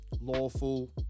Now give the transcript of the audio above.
lawful